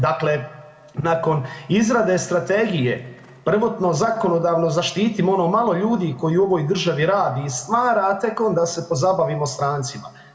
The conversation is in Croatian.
Dakle nakon izrade strategije prvotno zakonodavno zaštitimo ono malo ljudi koji u ovoj državi radi i stvara a tek onda se pozabavimo strancima.